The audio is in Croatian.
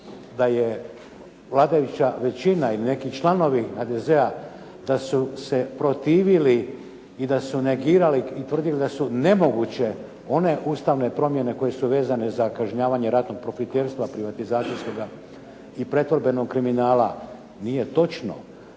da je vladajuća većina i neki članovi HDZ-a da su se protivili i da su negirali, i da su tvrdili da je nemoguće one ustavne promjene koje su vezane za kažnjavanje ratnog profiterstva privatizacijskoga i pretvorbenog kriminala, nije točno.